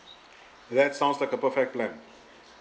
that sounds like a perfect plan